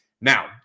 Now